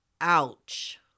Ouch